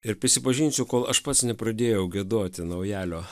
ir prisipažinsiu kol aš pats nepradėjau giedoti naujalio